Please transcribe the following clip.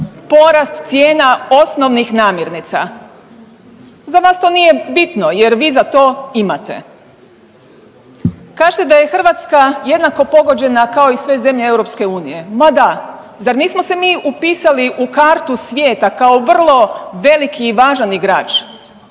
porast cijena osnovnih namirnica. Za vas to nije bitno jer vi za to imate. Kažete da je Hrvatska jednako pogođena kao i sve zemlje EU, ma da, zar nismo se mi upisali u kartu svijeta kao vrlo veliki i važan igrač